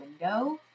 window